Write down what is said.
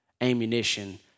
ammunition